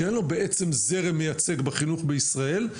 שאין לו בעצם זרם מייצג בחינוך בישראל,